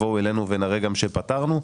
יבואו אלינו ונראה גם שפתרנו אותן.